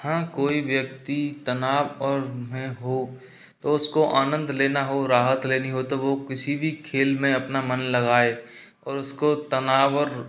हाँ कोई व्यक्ति तनाव और में हो तो उसको आनंद लेना हो राहत लेनी हो तो वो किसी भी खेल में अपना मन लगाए और उसको तनाव और